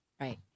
Right